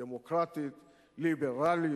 דמוקרטית, ליברלית,